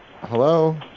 Hello